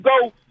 go